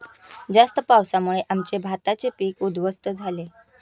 जास्त पावसामुळे आमचे भाताचे पीक उध्वस्त झाले